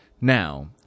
Now